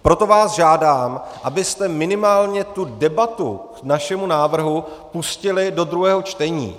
Proto vás žádám, abyste minimálně tu debatu k našemu návrhu pustili do druhého čtení.